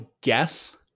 guess